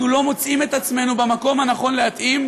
לא מוצאים את עצמנו במקום הנכון להתאים